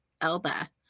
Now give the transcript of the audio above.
Elba